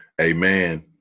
Amen